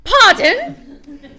Pardon